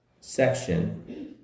section